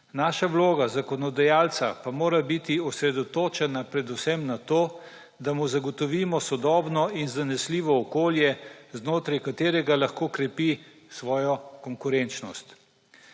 Naša vloga zakonodajalca pa mora biti osredotočena predvsem na to, da mu zagotovimo sodobno in zanesljivo okolje, znotraj katerega lahko krepi svojo konkurenčnost.